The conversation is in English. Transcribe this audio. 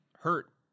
hurt